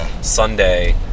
Sunday